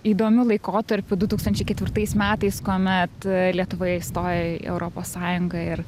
įdomiu laikotarpiu du tūkstančiai ketvirtais metais kuomet lietuva įstojo į europos sąjungą ir